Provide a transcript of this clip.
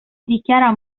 dichiara